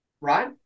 right